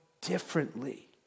differently